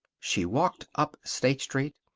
she walked up state street,